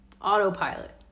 autopilot